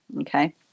okay